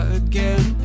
again